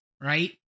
right